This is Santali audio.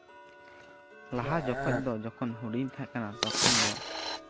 ᱞᱟᱦᱟ ᱡᱚᱠᱷᱚᱡ ᱫᱚ ᱡᱚᱠᱷᱚᱱ ᱦᱩᱰᱤᱧ ᱤᱧ ᱛᱟᱦᱮᱸ ᱠᱟᱱᱟ ᱛᱚᱠᱷᱚᱱ ᱫᱚ